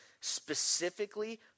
specifically